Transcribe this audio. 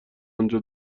انجا